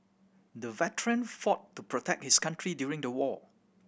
the veteran fought to protect his country during the war